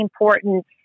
important